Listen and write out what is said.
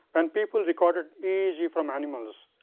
when people recorded eeg from animals.